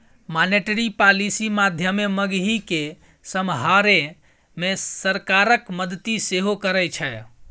monetary policy माध्यमे महगी केँ समहारै मे सरकारक मदति सेहो करै छै